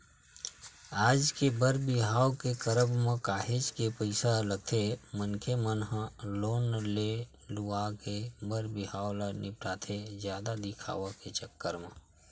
आज के बर बिहाव के करब म काहेच के पइसा लगथे मनखे मन ह लोन ले लुवा के बर बिहाव ल निपटाथे जादा दिखावा के चक्कर म